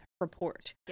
report